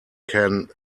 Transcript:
can